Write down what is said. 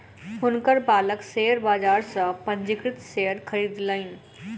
हुनकर बालक शेयर बाजार सॅ पंजीकृत शेयर खरीदलैन